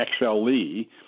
XLE